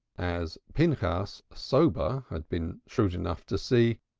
as pinchas, sober, had been shrewd enough to see,